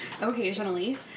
occasionally